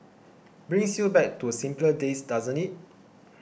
brings you back to simpler days doesn't it